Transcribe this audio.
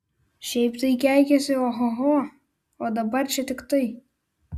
šiaip tai keikiasi ohoho o dabar čia tik tai